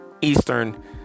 Eastern